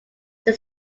they